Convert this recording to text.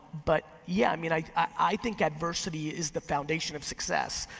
but yeah i mean i i think adversity is the foundation of success.